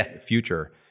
future